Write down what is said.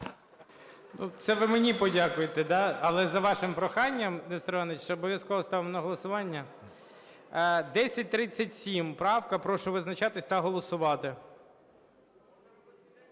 Це ви мені подякуйте, да. Але за вашим проханням, Нестор Іванович, ще обов'язково ставимо на голосування. 1037 правка. Прошу визначатися та голосувати.